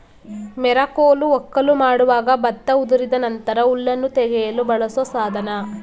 ಮೆರಕೋಲು ವಕ್ಕಲು ಮಾಡುವಾಗ ಭತ್ತ ಉದುರಿದ ನಂತರ ಹುಲ್ಲನ್ನು ತೆಗೆಯಲು ಬಳಸೋ ಸಾಧನ